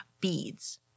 beads